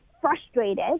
frustrated